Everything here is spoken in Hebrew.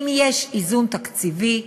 אם יש איזון תקציבי,